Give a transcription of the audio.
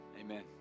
Amen